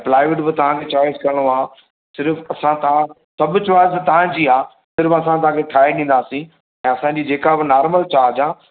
ऐं प्लायवूड बि चॉइस करिणो आहे सिर्फ़ु असां तव्हां सभु चॉयस तव्हांजी आहे सिर्फ़ु असां तव्हांखे ठाहे ॾींदासीं ऐं असां बि जेक बि नार्मल चार्ज आहे